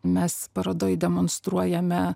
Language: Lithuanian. mes parodoj demonstruojame